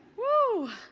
whoo!